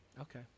Okay